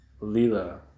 lila